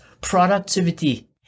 productivity